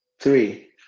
Three